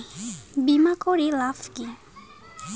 বিমা করির লাভ কি?